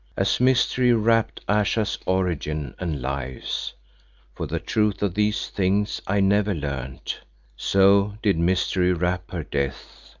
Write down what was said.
as mystery wrapped ayesha's origin and lives for the truth of these things i never learned so did mystery wrap her deaths,